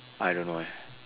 I don't know eh